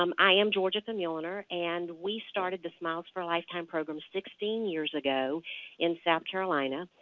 um i am georgia famuliner, and we started the smiles for a lifetime program sixteen years ago in south carolina.